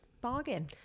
bargain